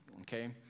Okay